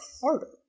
harder